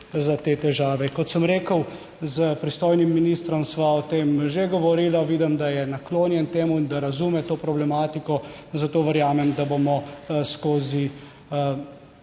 za te težave. Kot sem rekel, s pristojnim ministrom sva o tem že govorila, vidim, da je naklonjen temu in da razume to problematiko, zato verjamem, da bomo skozi